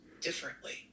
differently